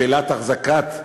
שאלת האחזקה,